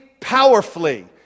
powerfully